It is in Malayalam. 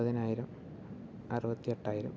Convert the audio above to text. മുപ്പതിനായിരം അറുപത്തി എട്ടായിരം